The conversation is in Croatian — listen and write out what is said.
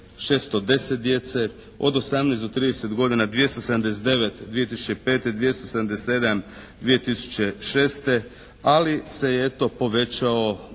610 djece. Od 18 do 30 godina 279 2005., 277 2006. Ali se je eto povećao